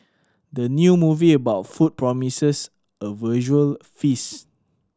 the new movie about food promises a visual feast